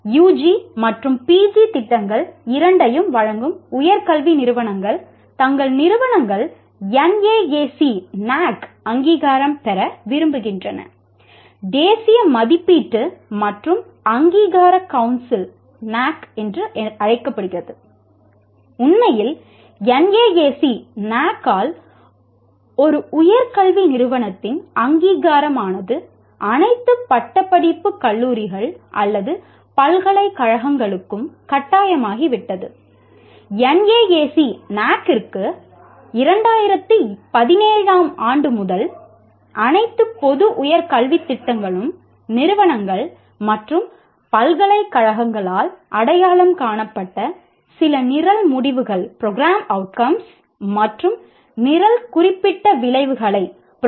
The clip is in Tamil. யுஜி ஆல் ஒரு உயர் கல்வி நிறுவனத்தின் அங்கீகரமானது அனைத்து பட்டப்படிப்பு கல்லூரிகள் அல்லது பல்கலைக்கழகங்களுக்கும் கட்டாயமாகிவிட்டது